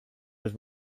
was